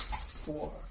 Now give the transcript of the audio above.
Four